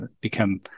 become